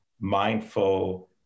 mindful